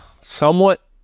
somewhat